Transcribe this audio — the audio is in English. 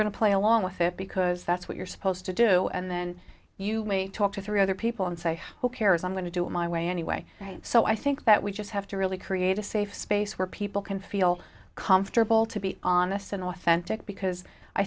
going to play along with it because that's what you're supposed to do and then you may talk to three other people and say who cares i'm going to do it my way anyway so i think that we just have to really create a safe space where people can feel comfortable to be honest and authentic because i